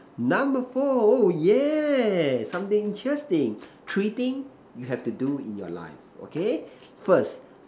number four oh yeah something interesting three things you have to do in your life okay first